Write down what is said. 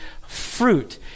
fruit